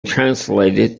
translated